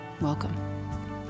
Welcome